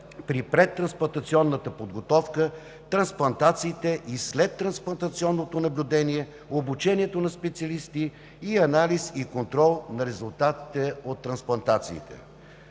при предтрансплантационната подготовка, трансплантациите и следтрансплантационното наблюдение, обучението на специалисти и анализ и контрол на резултатите от трансплантациите.